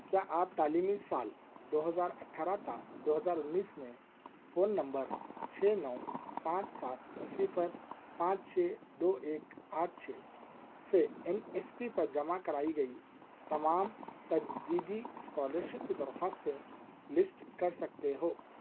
کیا آپ تعلیمی سال دو ہزار اٹھارہ تا دو ہزار انیس میں فون نمبر چھ نو پانچ سات صفر پانچ چھ دو ایک آٹھ چھ سے این ایس پی پر جمع کرائی گئی تمام تجدیدی اسکالر شپ کی درخواستیں لِسٹ کر سکتے ہو